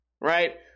right